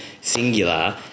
singular